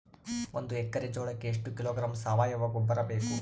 ಒಂದು ಎಕ್ಕರೆ ಜೋಳಕ್ಕೆ ಎಷ್ಟು ಕಿಲೋಗ್ರಾಂ ಸಾವಯುವ ಗೊಬ್ಬರ ಬೇಕು?